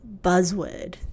buzzword